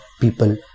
people